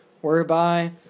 whereby